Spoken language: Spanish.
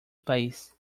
país